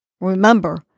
Remember